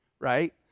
right